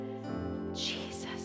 Jesus